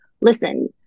listen